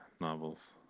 novels